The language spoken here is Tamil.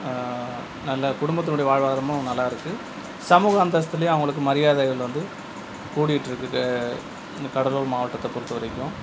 நல்ல குடும்பத்தினுடைய வாழ்வாதாரமும் நல்லாயிருக்கு சமூக அந்தஸ்த்துலேயும் அவங்களுக்கு மரியாதைகள் வந்து கூடிகிட்டு இருக்குது இந்த கடலூர் மாவட்டத்தை பொறுத்த வரைக்கும்